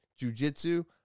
jujitsu